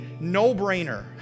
no-brainer